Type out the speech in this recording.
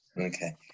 Okay